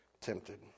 tempted